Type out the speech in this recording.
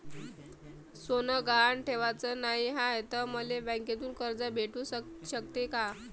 सोनं गहान ठेवाच नाही हाय, त मले बँकेतून कर्ज भेटू शकते का?